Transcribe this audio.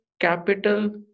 capital